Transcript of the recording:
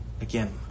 again